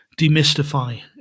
demystify